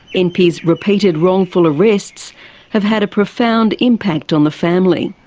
einpwy's repeated wrongful arrests have had a profound impact on the family.